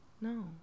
No